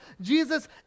Jesus